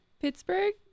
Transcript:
Pittsburgh